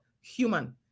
human